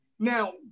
Now